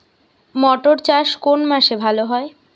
মটর চাষ কোন মাসে ভালো হয়?